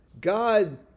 God